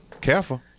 Careful